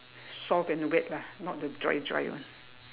soft and wet lah not the dry dry one